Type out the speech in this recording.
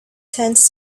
tents